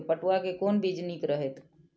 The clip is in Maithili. पटुआ के कोन बीज निक रहैत?